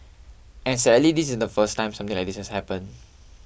and sadly this isn't the first time something like this has happened